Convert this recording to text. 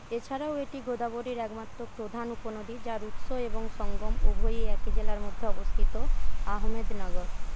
এছাড়াও এটি গোদাবরীর একমাত্র প্রধান উপনদী যার উৎস এবং সঙ্গম উভয়ই একই জেলার মধ্যে অবস্থিত আহমেদনগর